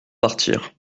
partir